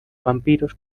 vampiros